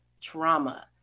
trauma